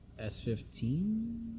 S15